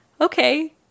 okay